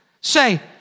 say